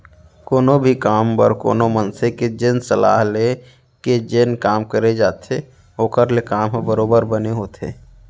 कोनो भी काम बर कोनो मनसे के जेन सलाह ले के जेन काम करे जाथे ओखर ले काम ह बरोबर बने होथे